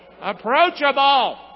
approachable